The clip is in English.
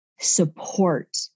support